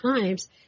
Times